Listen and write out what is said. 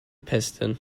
piston